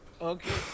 Okay